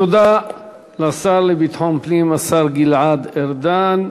תודה לשר לביטחון פנים השר גלעד ארדן.